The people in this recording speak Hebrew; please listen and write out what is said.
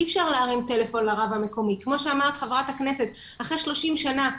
אי אפשר להרים טלפון לרב המקומי כמו שאמרה חה"כ - אחרי 30 שנה,